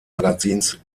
magazins